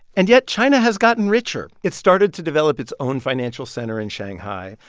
and yet, china has gotten richer. it started to develop its own financial center in shanghai.